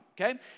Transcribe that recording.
okay